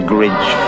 Grinch